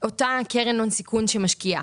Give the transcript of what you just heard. מאותה קרן הון סיכון שמשקיעה,